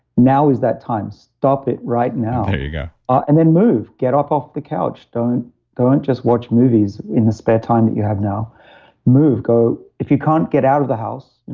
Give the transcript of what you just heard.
now is that time. stop it right now there you go and then move. get up off the couch. don't don't just watch movies in the spare time that you have now move. if you can't get out of the house,